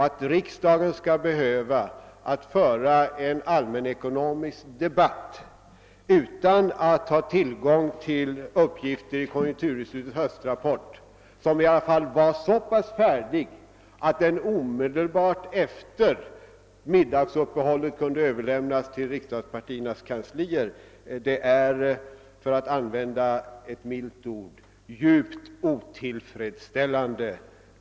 Att riksdagen skall behöva föra en allmänekonomisk debatt utan att ha tillgång till uppgifter i konjunkurinstitutets höstrapport, som i alla fall var så pass färdig att den omedelbart efter middagsuppehållet kunde överlämnas till riksdagspartiernas kanslier, är — för att använda ett milt ord — djupt otillfredsställande.